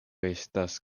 estas